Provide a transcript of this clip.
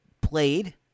played